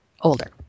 older